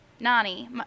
nani